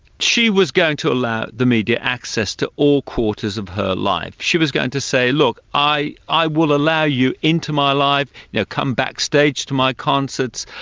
she was going to allow the media access to all quarters of her life. she was going to say, look, i i will allow you into my life, y'know, come backstage to my concerts,